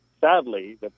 sadly